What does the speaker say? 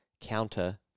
counter